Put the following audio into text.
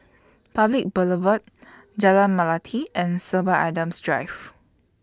Public Boulevard Jalan Melati and Sorby Adams Drive